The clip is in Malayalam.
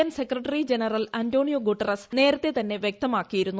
N secretary general Antonio Guterres നേരത്തെതന്നെ വ്യക്തമാക്കിയിരുന്നു